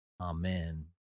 Amen